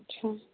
अच्छा